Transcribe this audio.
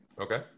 Okay